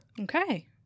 Okay